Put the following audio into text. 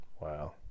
Wow